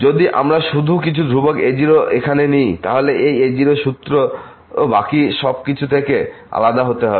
যদি আমরা শুধু কিছু ধ্রুবক a0 এখানে নিয় তাহলে সেই a0 সূত্র বাকি সব থেকে আলাদা হতে হবে